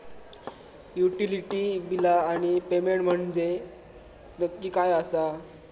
Utility बिला आणि payment म्हंजे नक्की काय आसा?